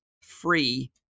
free